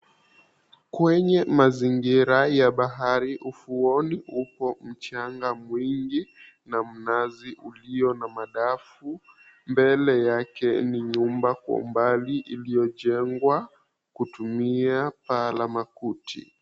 Kwenye mazingira ya bahari ufuoni upo mchanga mwingi na mnazi ulio na madafu mbele yake ni nyumba kwa umbali iliyojengwa kutumia paa la makuti.